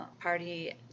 party